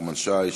נחמן שי,